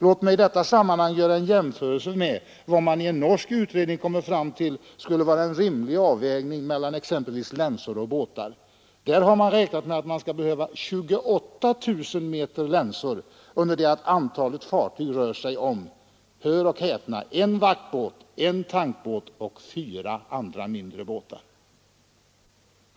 Låt mig i detta sammanhang göra en jämförelse med vad en norsk utredning kommit fram till skulle vara en rimlig avvägning mellan exempelvis länsor och båtar. Där har man räknat med att man skulle behöva 28 000 meter länsor, medan det antal fartyg det skulle röra sig om är — hör och häpna! — en vaktbåt, en tankbåt och fyra andra, mindre båtar.